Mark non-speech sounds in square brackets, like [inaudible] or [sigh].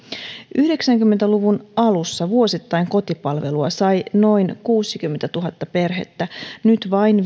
yhdeksänkymmentä luvun alussa vuosittain kotipalvelua sai noin kuusikymmentätuhatta perhettä nyt vain [unintelligible]